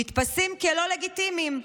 נתפסים כלא לגיטימיים,